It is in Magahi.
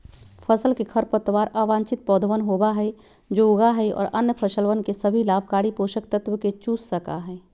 फसल के खरपतवार अवांछित पौधवन होबा हई जो उगा हई और अन्य फसलवन के सभी लाभकारी पोषक तत्व के चूस सका हई